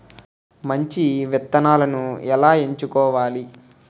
మంచి విత్తనాలను ఎలా ఎంచుకోవాలి?